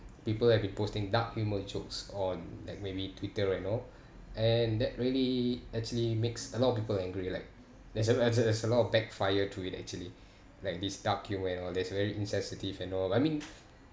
people have been posting dark humour jokes on like maybe twitter and all and that really actually makes a lot of people angry like there's a lot there's a lot of backfire to it actually like this dark humour and all that's very insensitive and all I mean